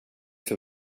för